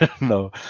no